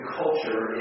culture